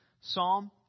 psalm